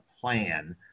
plan